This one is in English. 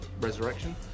resurrection